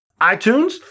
iTunes